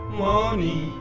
money